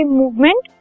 movement